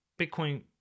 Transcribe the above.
Bitcoin